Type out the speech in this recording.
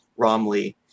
Romley